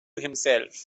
himself